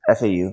FAU